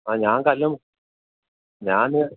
ആ ഞാൻ കല്ലും ഞാൻ